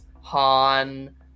Han